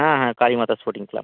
হ্যাঁ হ্যাঁ Kalimata sporting club